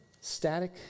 Static